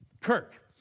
Kirk